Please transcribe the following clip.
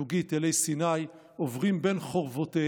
דוגית, אלי סיני, עוברים בין חורבותיהם,